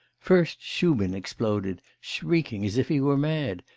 first shubin exploded, shrieking as if he were mad,